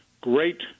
great